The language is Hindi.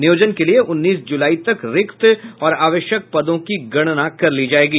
नियोजन के लिए उन्नीस ज़लाई तक रिक्त और आवश्यक पदों की गणना कर ली जायेगी